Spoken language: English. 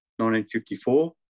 1954